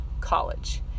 college